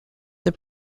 the